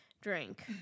drink